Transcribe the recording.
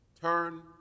turn